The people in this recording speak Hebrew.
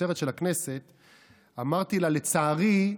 אמרתי לה: לצערי,